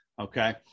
okay